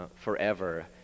forever